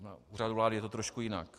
Na úřadu vlády je to trošku jinak.